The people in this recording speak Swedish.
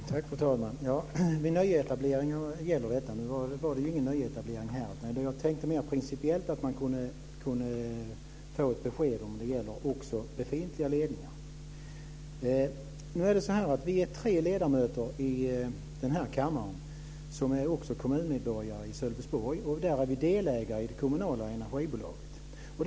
Fru talman! Vid nyetableringar gäller detta. Nu var det ju ingen nyetablering här. Jag tänkte mer principiellt att man kunde få ett besked om det gäller också befintliga ledningar. Vi är tre ledamöter i den här kammaren som också är kommunmedborgare i Sölvesborg. Där är vi delägare i det kommunala energibolaget.